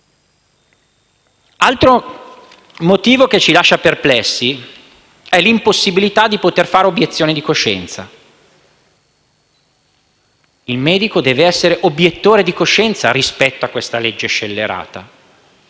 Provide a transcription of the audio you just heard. Altro aspetto che ci lascia perplessi è l'impossibilità di poter fare obiezione di coscienza: il medico deve essere obiettore di coscienza rispetto a questa legge scellerata.